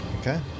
okay